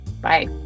Bye